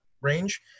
range